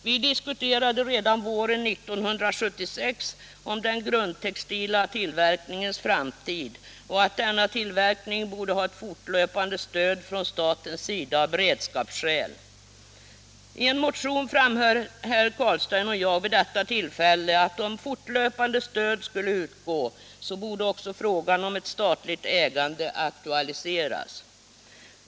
Vi diskuterade redan våren 1976 den grundtextila tillverkningens framtid och framhöll att denna tillverkning av beredskapspolitiska skäl borde få ett fortlöpande stöd från statens sida. I en motion hävdade herr Carlstein och jag vid detta tillfälle att om fortlöpande stöd skulle utgå, borde också frågan om ett statligt ägande aktualiseras.